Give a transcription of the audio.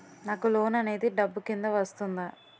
నాకు లోన్ అనేది డబ్బు కిందా వస్తుందా?